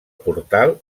portal